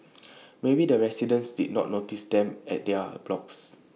maybe the residents did not notice them at their blocks